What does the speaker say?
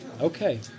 Okay